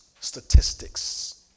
Statistics